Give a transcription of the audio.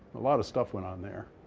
a lot of stuff went on there.